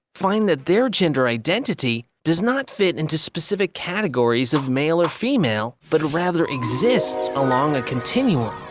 find that their gender identity does not fit into specific categories of male or female, but rather exists along a continuum.